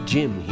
Jim